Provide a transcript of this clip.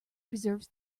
preserves